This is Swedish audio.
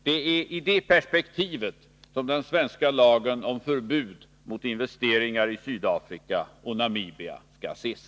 Det är i det perspektivet den svenska lagen om förbud mot investeringar i Sydafrika och Namibia skall ses.